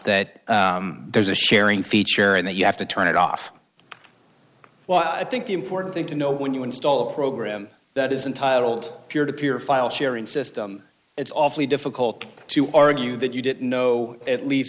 that there's a sharing feature and that you have to turn it off well i think the important thing to know when you install a program that isn't titled peer to peer file sharing system it's awfully difficult to argue that you didn't know at least